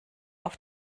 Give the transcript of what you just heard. auf